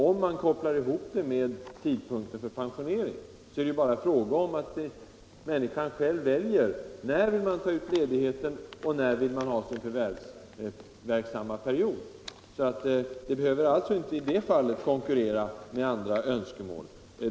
Om man kopplar ihop denna ledighet med tidpunkten för pensioneringen, är det ju bara fråga om att var och en själv väljer när han vill ta ut ledigheten och när han vill ha sin förvärvsverksamma period. Detta önskemål behöver därför inte konkurrera med andra önskemål.